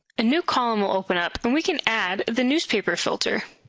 a new column will open up, and we can add the newspaper filter.